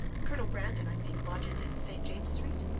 colonel brandon, i think, lodges in st. james street,